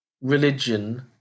religion –